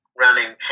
running